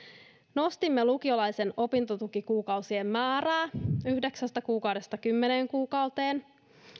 nostimme lukiolaisen opintotukikuukausien määrää yhdeksästä kuukaudesta kymmeneen kuukauteen